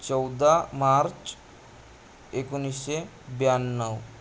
चौदा मार्च एकोणीसशे ब्याण्णव